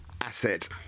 asset